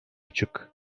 açık